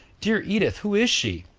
dear edith, who is she?